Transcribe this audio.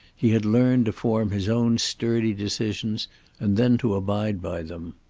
he had learned to form his own sturdy decisions and then to abide by them.